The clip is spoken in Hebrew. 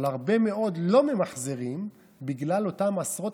אבל הרבה מאוד לא ממחזרים בגלל אותם עשרות